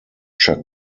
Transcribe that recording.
chuck